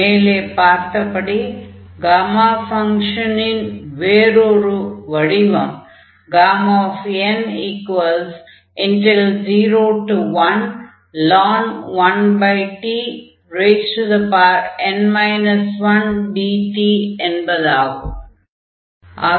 மேலே பார்த்தபடி காமா ஃபங்ஷனின் வேறொரு வடிவம் n01ln 1t n 1dt என்பதாகும்